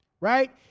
right